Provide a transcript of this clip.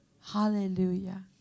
Hallelujah